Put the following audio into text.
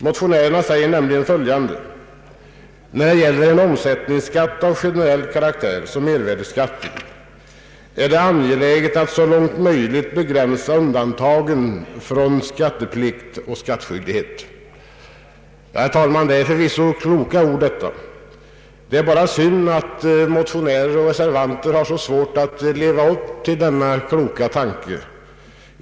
Motionärerna säger nämligen följande: ”När det gäller en omsättningsskatt av generell karaktär som mervärdeskatten är det angeläget att så långt möjligt begränsa undantagen från skatteplikt och skattskyldighet.” Herr talman! Detta är förvisso kloka ord. Det är bara synd att motionärer och reservanter har så svårt att leva upp till denna kloka tanke.